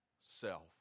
Self